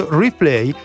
.replay